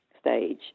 stage